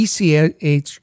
ECH